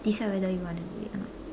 decide whether you want to do it or not